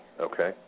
okay